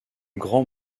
grand